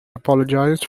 apologized